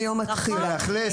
מיום התחילה.